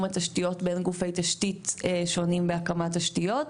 התשתיות בין גופי תשתית שונים בהקמת תשתיות.